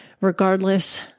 regardless